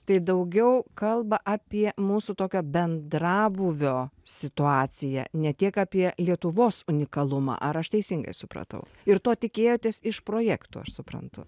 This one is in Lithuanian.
tai daugiau kalba apie mūsų tokio bendrabūvio situaciją ne tiek apie lietuvos unikalumą ar aš teisingai supratau ir to tikėjotės iš projekto aš suprantu